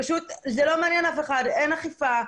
זה פשוט לא מעניין אף אחד, אין אכיפה.